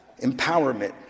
empowerment